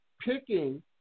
picking